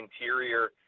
interior